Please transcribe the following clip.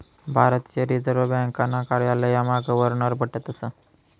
भारतीय रिजर्व ब्यांकना कार्यालयमा गवर्नर बठतस